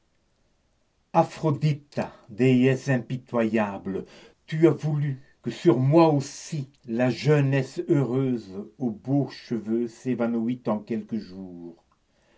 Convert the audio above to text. déesse impitoyable tu as voulu que sur moi aussi la jeunesse heureuse aux beaux cheveux s'évanouît en quelques jours